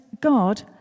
God